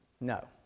No